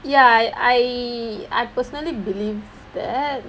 ya I I I personally believe that